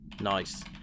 Nice